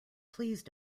please